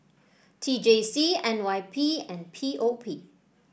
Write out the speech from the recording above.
T J C N Y P and P O P